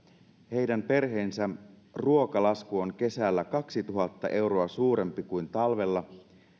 heidän perheensä ruokalasku on kesällä kaksituhatta euroa suurempi kuin talvella